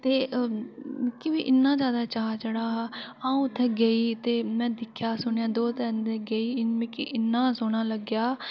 ते मिकी बी इन्ना जैदा चाऽ चढ़ेआ हा अ'ऊं उत्थै गेई ते में दिक्खेआ सुनेआ दो तिन दिन गेई मिकी इन्ना सोह्ना लग्गेआ